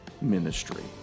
ministry